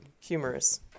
Humorous